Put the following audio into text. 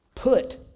Put